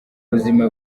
buzima